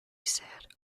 said